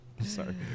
sorry